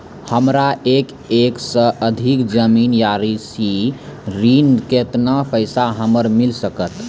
हमरा एक एकरऽ सऽ अधिक जमीन या कृषि ऋण केतना पैसा हमरा मिल सकत?